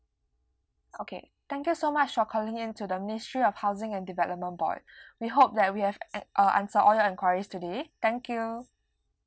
okay thank you so much for calling in to the ministry of housing and development board we hope that we have en~ uh answered all your enquiries today thank you